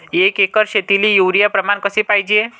एक एकर शेतीले युरिया प्रमान कसे पाहिजे?